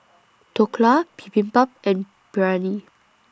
Dhokla Bibimbap and Biryani